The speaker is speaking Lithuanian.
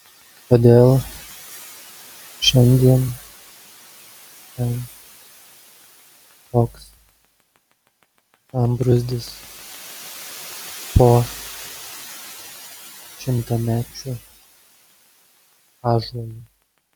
kodėl šiandien ten toks sambrūzdis po šimtamečiu ąžuolu